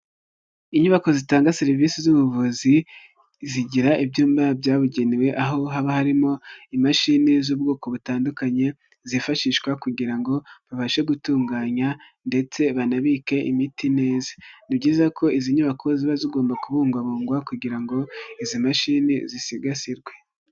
Inyubako zitanga serivisi z'ubuvuzi, zigira ibyumba byabugenewe, aho haba harimo imashini z'ubwoko butandukanye zifashishwa kugira ngo babashe gutunganya ndetse banabike imiti neza, ni byiza ko izi nyubako ziba zigomba kubugwangabungwa kugira ngo izi mashini zisigasirwe.